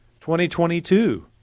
2022